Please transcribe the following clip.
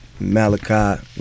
malachi